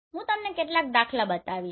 હું તમને કેટલાક દાખલા બતાવીશ